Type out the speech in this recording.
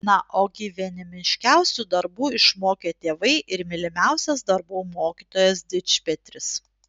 na o gyvenimiškiausių darbų išmokė tėvai ir mylimiausias darbų mokytojas dičpetris